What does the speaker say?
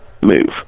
move